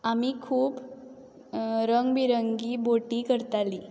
आमी खूब रंगबिरंगी बोटी करताली